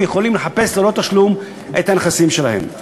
יכולים לחפש בו ללא תשלום את הנכסים שלהם.